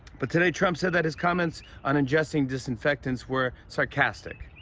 but, today, trump said that his comments on ingesting disinfectants were sarcastic.